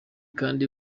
kandi